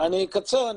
אני אקצר.